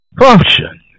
function